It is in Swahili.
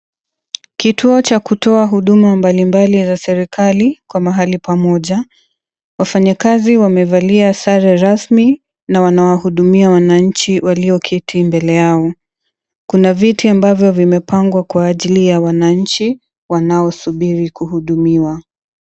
Kituo cha kutoa huduma mbalimbali za serikali ,kwa mahali pamoja. Wafanyikazi wamevalia sare rasmi na wahudumia wananchi walioketi mbele yao. Kuna viti ambavyo vimepangwa kwa ajili ya wananchi ,wanaosubiri kuhudumiwa.